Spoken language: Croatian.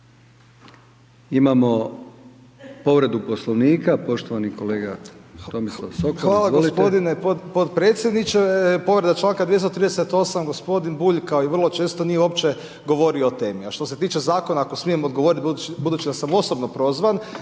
Imamo povredu Poslovnika poštovani kolega Tomislav Sokol, izvolite. **Sokol, Tomislav (HDZ)** Hvala gospodine potpredsjedniče. Povreda članka 238. gospodin Bulj kao i vrlo često nije uopće govorio o temi. A što se tiče zakona, ako smijem odgovoriti budući da sam osobno prozvan.